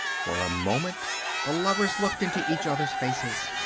for a moment the lovers looked into each other's faces.